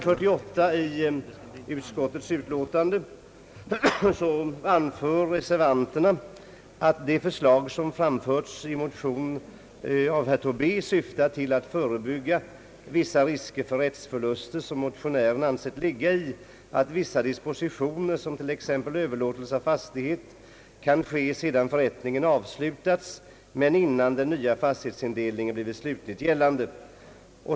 48 i utskottets utlåtande att det förslag som framförts i motionen av herr Tobé syftat till att förebygga vissa risker för rättsförluster, som motionären ansett ligga i att vissa dispositioner, som t.ex. överlåtelse av fastighet, kan ske sedan förrättningen avslutats, men innan den nya fastighetsindelningen blivit slutligt gällande.